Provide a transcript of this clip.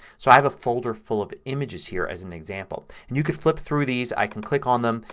so i have a folder full of images here as an example. and you can flip through these. i can click on them.